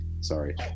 Sorry